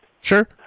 Sure